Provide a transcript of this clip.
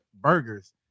burgers